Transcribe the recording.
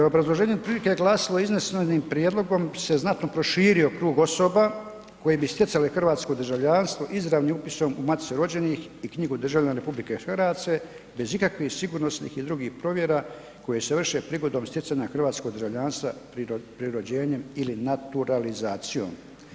Obrazloženje je otprilike glasilo, iznesenim prijedlogom se znatno prošio krug osoba koje bi stjecale hrvatsko državljanstvo izravnim upisom u matice rođenih i knjigu državljana RH bez ikakvih sigurnosnih i drugih provjera koje se vrše prigodom stjecanja hrvatskog državljanstva prirođenjem ili naturalizacijom.